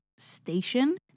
station